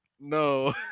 no